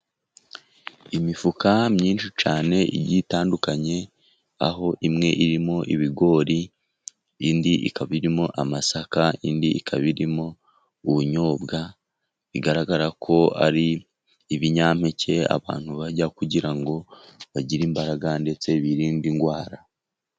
Imifuka myinshi cyane igiye itandukanye, aho imwe irimo ibigori, indi ikaba irimo amasaka, indi ikaba irimo ubunyobwa, bigaragara ko ari ibinyampeke abantu barya kugira ngo bagire imbaraga ndetse biririnde indwara.